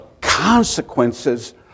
consequences